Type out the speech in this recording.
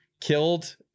killed